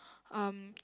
um